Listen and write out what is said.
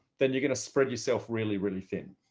then you're going to spread yourself really, really thin.